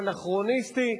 האנכרוניסטי,